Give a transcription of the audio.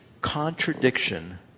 contradiction